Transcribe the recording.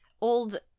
old